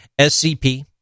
SCP